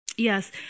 Yes